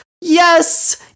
yes